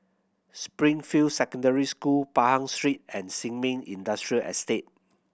Springfield Secondary School Pahang Street and Sin Ming Industrial Estate